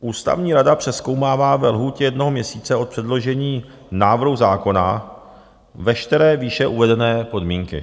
Ústavní rada přezkoumává ve lhůtě jednoho měsíce od předložení návrhu zákona veškeré výše uvedené podmínky.